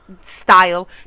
style